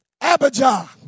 Abijah